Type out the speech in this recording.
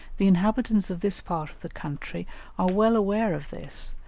the inhabitants of this part of the country are well aware of this,